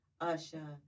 Usher